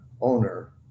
owner